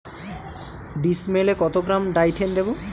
ডিস্মেলে কত gram Dithane দেবো?